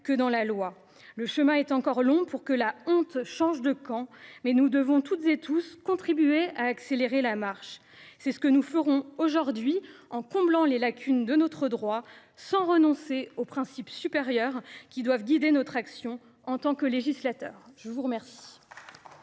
qu’à la loi. Le chemin est encore long pour que la honte change de camp, mais nous devons, toutes et tous, contribuer à accélérer la marche. Mes chers collègues, c’est ce que nous ferons aujourd’hui en comblant les lacunes de notre droit, sans renoncer aux principes supérieurs qui doivent guider notre action de législateur. La parole